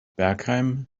bergheim